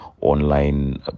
online